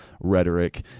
rhetoric